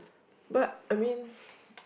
but I mean